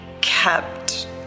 kept